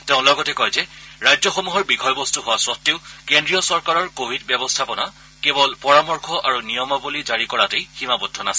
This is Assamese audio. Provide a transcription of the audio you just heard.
তেওঁ লগতে কয় যে ৰাজ্যসমূহৰ বিষয়বস্তু হোৱা সত্তেও কেন্দ্ৰীয় চৰকাৰৰ কোৱিড ব্যৱস্থাপনা কেৱল পৰামৰ্শ আৰু নিয়মাৱলী জাৰি কৰাতেই সীমাবদ্ধ নাছিল